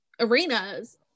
arenas